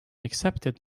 accepted